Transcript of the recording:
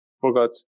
Forgot